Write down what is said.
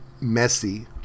messy